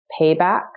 Payback